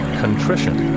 contrition